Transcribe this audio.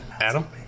Adam